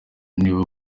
nibo